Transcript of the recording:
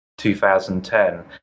2010